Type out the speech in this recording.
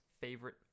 favorite